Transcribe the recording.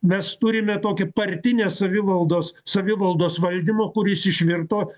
mes turime tokį partinės savivaldos savivaldos valdymo kuris išvirto